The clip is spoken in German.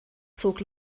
zog